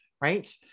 right